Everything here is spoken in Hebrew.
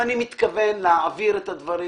ואני מתכוון להעביר את הדברים.